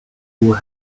who